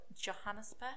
johannesburg